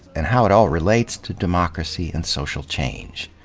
and how it all relates to democracy and social change.